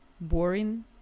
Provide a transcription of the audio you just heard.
boring